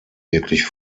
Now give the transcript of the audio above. wirklich